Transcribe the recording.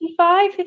55